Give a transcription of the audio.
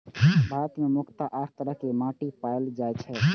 भारत मे मुख्यतः आठ तरह के माटि पाएल जाए छै